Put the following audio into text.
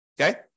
Okay